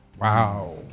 Wow